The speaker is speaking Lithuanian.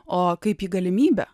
o kaip į galimybę